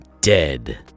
dead